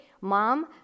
mom